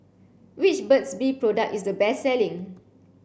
which Burt's bee product is the best selling